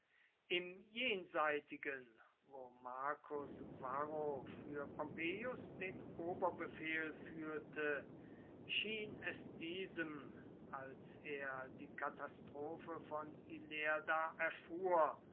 im jenseitigen wo marcus varro für pompeius den oberbefehl führte schien es diesem als er die katastrophe von ilerda erfuhr